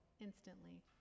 instantly